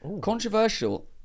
Controversial